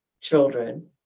children